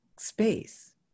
space